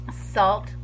Salt